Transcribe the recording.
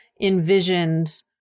envisioned